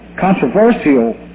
controversial